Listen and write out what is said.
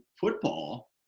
football